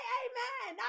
amen